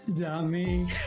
dummy